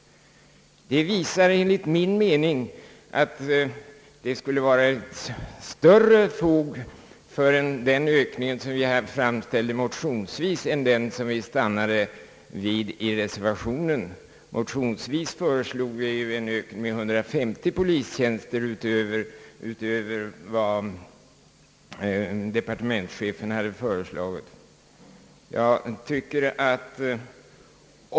Det visar enligt min mening att det skulle vara större fog för den ökning, som vi hade begärt motionsvis, än den som vi stannat vid i reservationen — motionsvis föreslog vi ju en ökning med 150 polistjänster utöver vad departementschefen hade föreslagit.